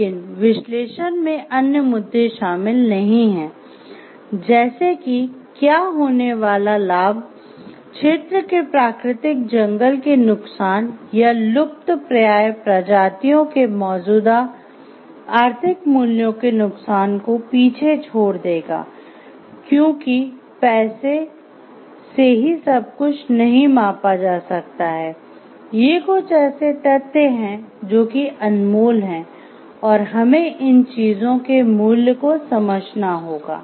लेकिन विश्लेषण में अन्य मुद्दे शामिल नहीं हैं जैसे कि क्या होने वाला लाभ क्षेत्र के प्राकृतिक जंगल के नुकसान या लुप्तप्राय प्रजातियों के मौजूदा आर्थिक मूल्य के नुकसान को पीछे छोड़ देगा क्योंकि पैसे से ही सब कुछ नहीं मापा जा सकता है ये कुछ ऐसे तथ्य हैं जो कि अनमोल हैं और हमें इन चीजों के मूल्य को समझना होगा